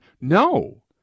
No